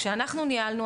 כשאנחנו ניהלנו,